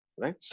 right